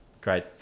great